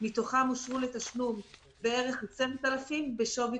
מתוכן אושרו לתשלום בערך 10,000 בשווי